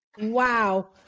Wow